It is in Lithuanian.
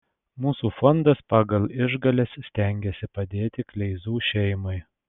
mūsų fondas pagal išgales stengiasi padėti kleizų šeimai